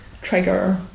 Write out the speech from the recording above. trigger